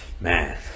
man